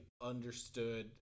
understood